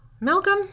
Malcolm